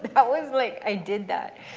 but that was like, i did that.